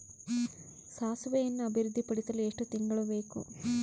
ಸಾಸಿವೆಯನ್ನು ಅಭಿವೃದ್ಧಿಪಡಿಸಲು ಎಷ್ಟು ತಿಂಗಳು ಬೇಕು?